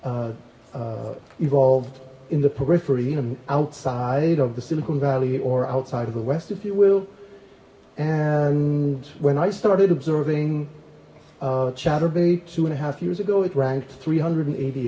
that evolved in the periphery and outside of the silicon valley or outside of the west if you will and when i started observing chatterbait two and a half years ago it ranked three hundred and eighty